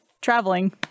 traveling